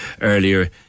earlier